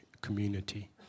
community